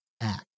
act